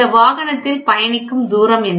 இந்த வாகனத்தில் பயணிக்கும் தூரம் என்ன